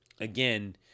Again